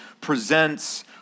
presents